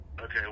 okay